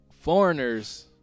foreigners